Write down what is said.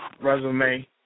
resume